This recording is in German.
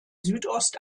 südost